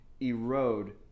erode